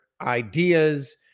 ideas